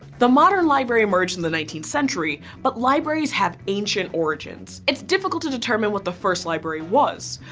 the modern library emerged in the nineteenth century, but libraries have ancient origins. it's difficult to determine what the first library was.